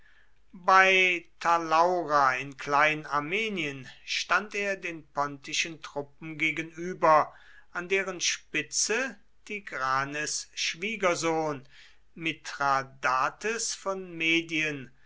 bei talaura in klein armenien stand er den pontischen truppen gegenüber an deren spitze tigranes schwiegersohn mithradates von medien